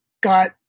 got